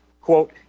Quote